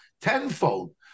tenfold